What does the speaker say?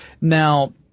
now